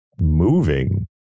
moving